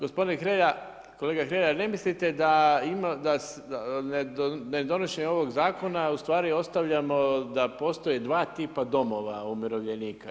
Gospodin Hrelja, kolega Hrelja ne mislite da nedonošenje ovog zakona u stvari ostavljamo da postoje dva tipa domova umirovljenika.